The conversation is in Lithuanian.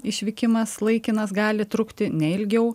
išvykimas laikinas gali trukti ne ilgiau